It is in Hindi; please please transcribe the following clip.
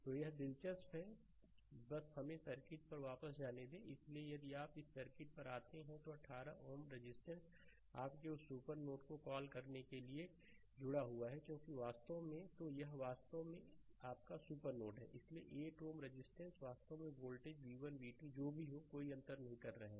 तो यह दिलचस्प है बस हमें सर्किट पर वापस जाने दें इसलिए यदि आप इस सर्किट पर आते हैं कि 1 8 Ω रजिस्टेंस आपके उस सुपर नोड को कॉल करने के लिए जुड़ा हुआ है क्योंकि यह वास्तव में है तो यह वास्तव में यह वास्तव में आपका सुपर नोड है इसलिए 8 Ω रजिस्टेंस वास्तव में वोल्टेज v1 v2 जो भी हो का कोई अंतर नहीं कर रहे हैं